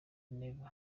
rever